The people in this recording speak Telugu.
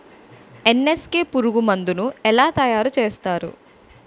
ఎన్.ఎస్.కె పురుగు మందు ను ఎలా తయారు చేస్తారు?